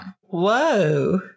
Whoa